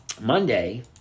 Monday